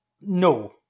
No